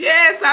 Yes